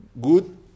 good